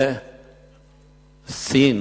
וסין